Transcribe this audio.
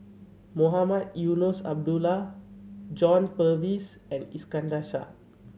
Mohamed Eunos Abdullah John Purvis and Iskandar Shah